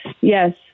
yes